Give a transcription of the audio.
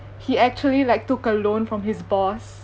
he actually like took a loan from his boss